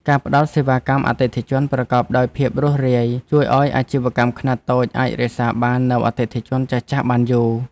ការផ្តល់សេវាកម្មអតិថិជនប្រកបដោយភាពរូសរាយ ជួយឱ្យអាជីវកម្មខ្នាតតូចអាចរក្សាបាននូវអតិថិជនចាស់ៗបានយូរ។